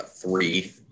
Three